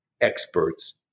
experts